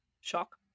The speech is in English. Shock